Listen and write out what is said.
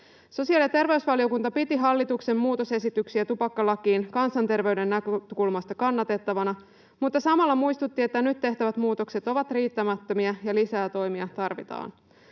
Sosiaali- ja terveysvaliokunta piti hallituksen muutosesityksiä tupakkalakiin kansanterveyden näkökulmasta kannatettavina mutta samalla muistutti, että nyt tehtävät muutokset ovat riittämättömiä ja lisää toimia tarvitaan.